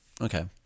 Okay